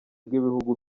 rw’ibihugu